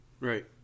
Right